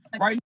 right